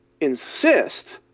insist